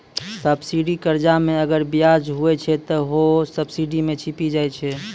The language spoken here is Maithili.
सब्सिडी कर्जा मे अगर बियाज हुवै छै ते हौ सब्सिडी मे छिपी जाय छै